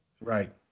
Right